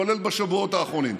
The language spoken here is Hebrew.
כולל בשבועות האחרונים,